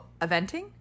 eventing